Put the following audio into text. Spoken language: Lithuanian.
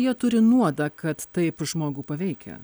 jie turi nuodą kad taip žmogų paveikia